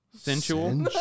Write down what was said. Sensual